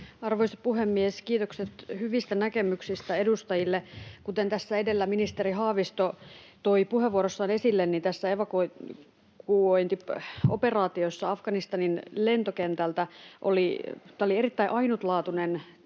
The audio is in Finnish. Arvoisa puhemies! Kiitokset hyvistä näkemyksistä edustajille. Kuten tässä edellä ministeri Haavisto toi puheenvuorossaan esille, niin tämä evakuointioperaatio Afganistanin lentokentältä oli erittäin ainutlaatuinen